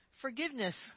Forgiveness